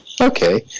okay